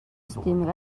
системийг